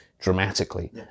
dramatically